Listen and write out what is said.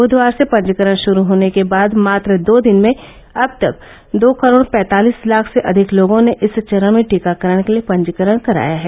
बूधवार से पंजीकरण शुरू होने के बाद मात्र दो दिन में अब तक दो करोड़ पैंतालीस लाख से अधिक लोगों ने इस चरण में टीकाकरण के लिए पंजीकरण कराया है